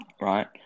right